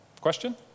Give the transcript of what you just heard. Question